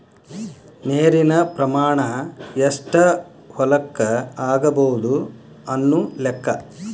ನೇರಿನ ಪ್ರಮಾಣಾ ಎಷ್ಟ ಹೊಲಕ್ಕ ಆಗಬಹುದು ಅನ್ನು ಲೆಕ್ಕಾ